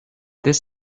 this